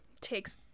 takes